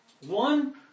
One